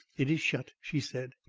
it is shut, she said.